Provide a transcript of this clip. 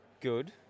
Good